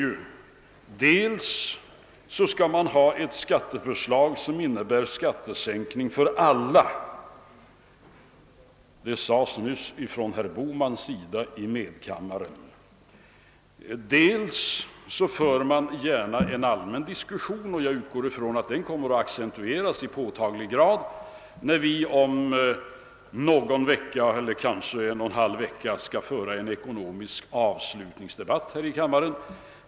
Jo, dels skall man ha ett skatteförslag som innebär skattesänkning för alla — herr Bohman framhöll nyss detta i medkammaren — dels för man en allmän diskussion, som jag utgår ifrån i påtaglig grad kommer att accentueras, när vi om ungefär en och en halv vecka skall ha en ekonomisk <avslutningsdebatt här i kammaren.